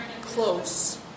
close